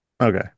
Okay